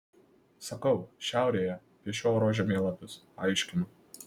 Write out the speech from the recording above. sakau šiaurėje piešiu oro žemėlapius aiškinu